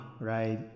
right